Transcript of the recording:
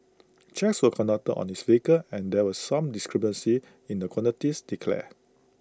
checks were conducted on his vehicle and there were some discrepancies in the quantities declared